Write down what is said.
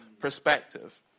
perspective